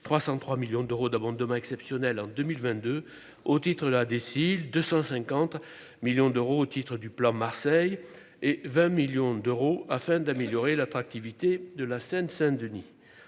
303 millions d'euros d'amende demain exceptionnelle en 2022 au titre là 250 millions d'euros au titre du plan Marseille et 20 millions d'euros afin d'améliorer l'attractivité de la Seine-Saint-Denis,